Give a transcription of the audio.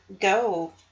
go